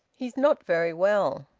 he's not very well.